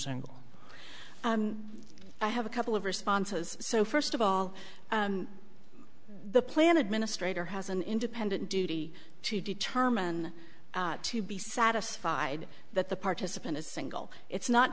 single i have a couple of responses so first of all the plan administrator has an independent duty to determine to be satisfied that the participant is single it's not